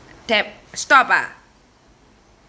tab stop ah